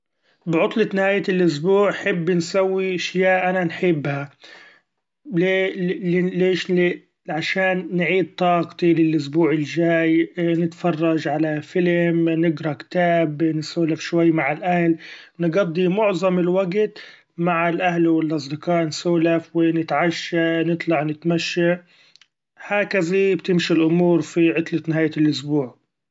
بعطلة نهاية الاسبوع حب نسوي أشياء انا نحبها ليش ؛ عشان نعيد طاقتي للأسبوع الجاي ، نتفرج علي فيلم ، نقرا كتاب ، نسولف شوي مع الأهل نقضي معظم الوقت مع الأهل و الأصدقاء نسولف و نتعشي نطلع نتمشي ، هكذا بتمشي الأمور في عطلة نهاية الأسبوع.